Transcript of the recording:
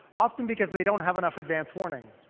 often because they don't have enough advance warning.